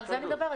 על זה אני מדברת,